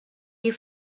you